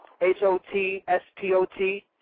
H-O-T-S-P-O-T